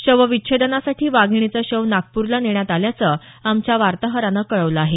शवविच्छेदनासाठी वाघिणीचं शव नागप्रला नेण्यात आल्याचं आमच्या वार्ताहरानं कळवलं आहे